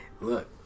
Look